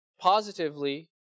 positively